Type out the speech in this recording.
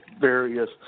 various